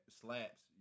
slaps